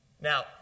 Now